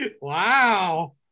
wow